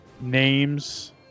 names